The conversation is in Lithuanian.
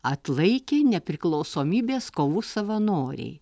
atlaikė nepriklausomybės kovų savanoriai